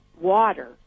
water